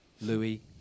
Louis